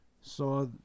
saw